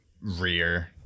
rear